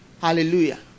Hallelujah